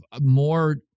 more